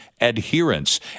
adherence